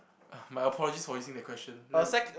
my apologies for using that question